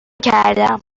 کردم